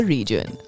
Region।